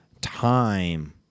time